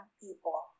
people